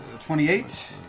twenty eight?